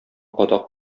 кадак